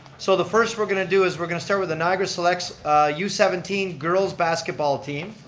so the first we're going to do is we're going to start with the niagara selects youth seventeen girls basketball team.